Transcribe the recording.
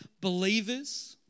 believers